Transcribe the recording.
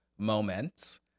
moments